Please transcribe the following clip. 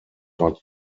not